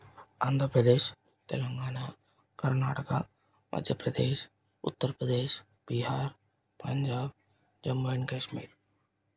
Andhra Pradesh Telangana Karnataka Madhya Pradesh Uttar Pradesh Bihar Punjab Jammu and Kashmir